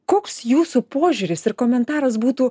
koks jūsų požiūris ir komentaras būtų